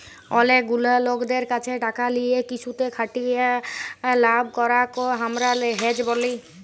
অলেক গুলা লকদের ক্যাছে টাকা লিয়ে কিসুতে খাটিয়ে লাভ করাককে হামরা হেজ ব্যলি